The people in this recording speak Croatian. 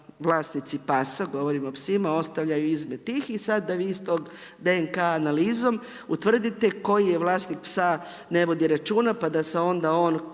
vlasnici pasa, govorimo o psima, ostavljaju izmet tih i sad da vi iz tog DNK analizom utvrdite koji vlasnik psa ne vodi računa, pa da se onda on